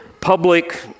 public